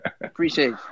Appreciate